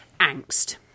angst